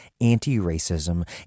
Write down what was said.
anti-racism